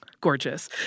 gorgeous